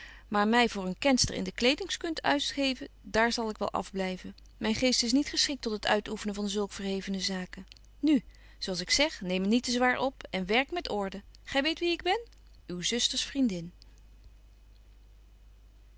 maar my voor een kenster in de kledingskunst uittegeven daar zal ik wel afblyven myn geest is niet geschikt tot het uitöeffenen van zulke verhevene zaken nu zo als ik zeg neem het niet te zwaar op en werk met orde gy weet wie ik ben uw zusters vriendin